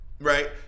right